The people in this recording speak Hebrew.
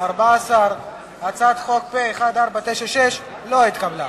14. הצעת חוק פ/1496 לא התקבלה.